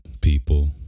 people